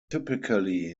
typically